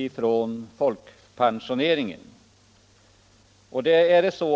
utgår från folkpensioneringen.